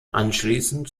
anschließend